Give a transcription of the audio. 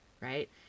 right